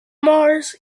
mars